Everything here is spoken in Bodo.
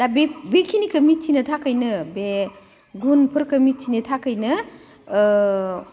दा बेखिनिखो मिथिनो थाखायनो बे गुनफोरखो मिथिनो थाखैनो